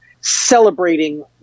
celebrating